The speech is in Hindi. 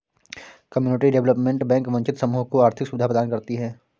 कम्युनिटी डेवलपमेंट बैंक वंचित समूह को आर्थिक सुविधा प्रदान करती है